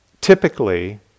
typically